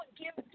give